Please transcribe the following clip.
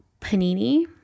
panini